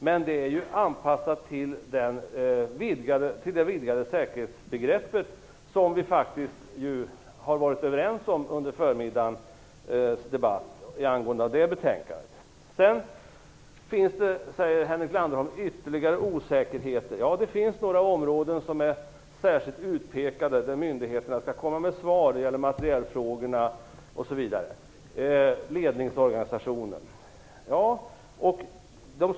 Men detta är ju anpassat till det vidgade säkerhetsbegrepp som vi faktiskt har varit överens om under förmiddagens debatt. Henrik Landerholm säger också att det finns ytterligare osäkerheter. Ja, det finns några särskilt utpekade områden där myndigheterna skall komma in med svar. Det gäller materielfrågorna, ledningsorganisationen, osv.